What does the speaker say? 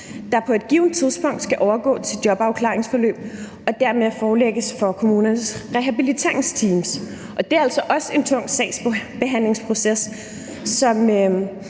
der på et givent tidspunkt skal overgå til jobafklaringsforløb og dermed forelægges kommunernes rehabiliteringsteams. Det er altså også en tung sagsbehandlingsproces, og